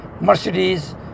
Mercedes